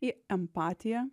į empatiją